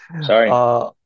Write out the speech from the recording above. Sorry